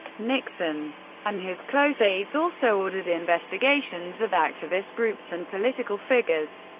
nixon and his close aides also ordered investigations of activist groups and political figures,